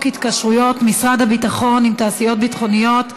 התקשרויות משרד הביטחון עם תעשיות ביטחוניות,